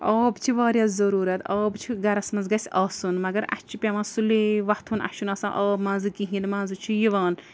آب چھِ واریاہ ضٔروٗرت آب چھُ گَرَس منٛز گژھِ آسُن مگر اَسہِ چھِ پٮ۪وان سُلے وۄتھُن اَسہِ چھُنہٕ آسان آب مَنٛزٕ کِہیٖنۍ مَنٛزٕ چھُ یِوان